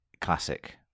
classic